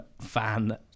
fan